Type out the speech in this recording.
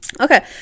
Okay